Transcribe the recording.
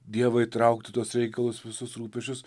dievą įtraukt į tuos reikalus visus rūpesčius